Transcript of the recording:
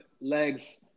legs